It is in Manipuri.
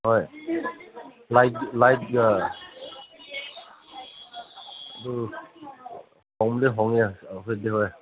ꯍꯣꯏ ꯂꯥꯏꯠꯀ ꯎꯝ ꯍꯣꯡꯗꯤ ꯍꯣꯡꯉꯦ ꯑꯩꯈꯣꯏꯗꯤ ꯎꯝ